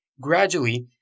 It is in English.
Gradually